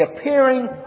appearing